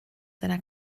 seiner